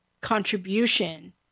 contribution